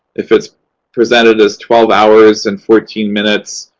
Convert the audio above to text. if it's presented as twelve hours and fourteen minutes,